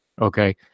Okay